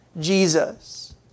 Jesus